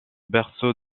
berceau